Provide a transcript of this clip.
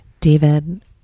David